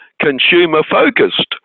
consumer-focused